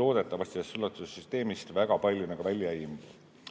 loodetavasti sellest suletud süsteemist väga palju välja ei